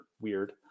weird